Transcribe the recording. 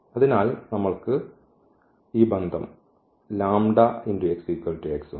അതിനാൽ നമ്മൾക്ക് ഈ ബന്ധം ഉണ്ട്